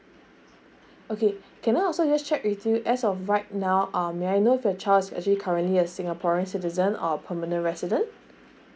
okay can I also just check with you as of right now um may I know if your child is actually currently a singaporean citizen or permanent resident